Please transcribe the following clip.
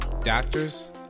Doctors